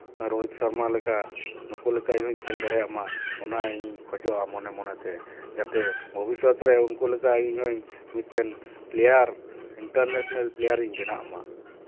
ᱨᱳᱦᱤᱛ ᱥᱚᱨᱢᱟ ᱞᱮᱠᱟ ᱱᱩᱠᱩ ᱞᱮᱠᱟ ᱤᱧ ᱦᱚᱧ ᱠᱷᱮᱞ ᱫᱟᱲᱮᱭᱟᱜ ᱢᱟ ᱚᱱᱟ ᱤᱧ ᱠᱷᱚᱡᱚᱜᱼᱟ ᱢᱚᱱᱮ ᱢᱚᱱᱮ ᱛᱮ ᱡᱟᱛᱮ ᱵᱷᱚᱵᱤᱥᱥᱚᱛ ᱨᱮ ᱩᱱᱠᱩ ᱞᱮᱠᱟ ᱤᱧ ᱦᱚᱧ ᱢᱤᱫᱴᱮᱱ ᱯᱞᱮᱭᱟᱨ ᱤᱱᱴᱟᱨᱱᱮᱥᱱᱮᱞ ᱯᱞᱮᱭᱟᱨ ᱤᱧ ᱵᱮᱱᱟᱜ ᱢᱟ